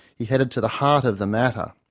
he headed to the heart of the matter.